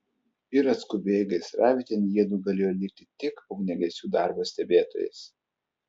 ir atskubėję gaisravietėn jiedu galėjo likti tik ugniagesių darbo stebėtojais